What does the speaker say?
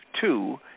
two